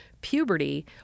puberty